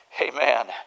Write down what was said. Amen